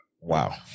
Wow